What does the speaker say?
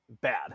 Bad